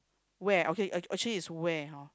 where okay uh actually is where hor